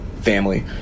family